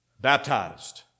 Baptized